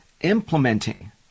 implementing